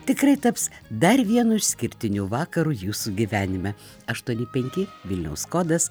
tikrai taps dar vienu išskirtiniu vakaru jūsų gyvenime aštuoni penki vilniaus kodas